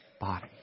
body